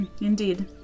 Indeed